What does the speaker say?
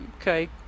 Okay